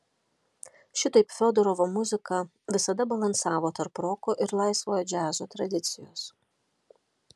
šitaip fiodorovo muzika visada balansavo tarp roko ir laisvojo džiazo tradicijos